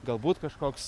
galbūt kažkoks